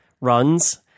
runs